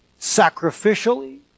sacrificially